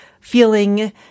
feeling